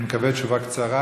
אני מקווה שזו תשובה קצרה,